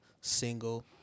single